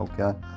okay